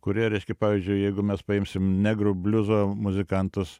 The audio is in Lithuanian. kurie reiškia pavyzdžiui jeigu mes paimsim negrų bliuzo muzikantus